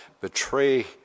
betray